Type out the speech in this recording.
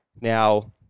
Now